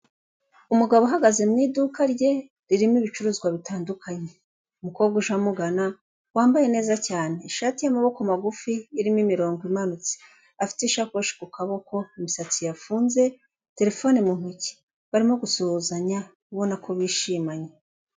Umugabo ahahagaze mu iduka rye ririmo ibicuruzwa bitandukanye umukobwa uje amugana wambaye neza cyane ishati'amaboko magufi irimo imirongo imanutse afite isakoshi ku kaboko, imisatsi yafunze, terefone mu ntoki barimo gusuhuzanya ubona ko bishimanye.